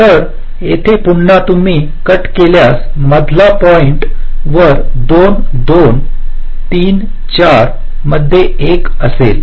तर येथे पुन्हा तुम्ही कट केल्यास मधल्या पॉईंट् वर 2 23 4 मध्ये 1 असेल